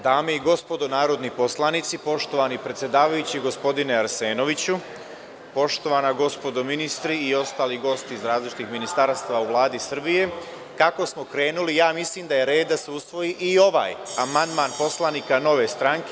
Dame i gospodo narodni poslanici, poštovani predsedavajući, gospodine Arsenoviću, poštovana gospodo ministri i ostali gosti iz različitih ministarstava u Vladi Srbije, kako smo krenuli, ja mislim da je red da se usvoji i ovaj amandman poslanika Nove stranke.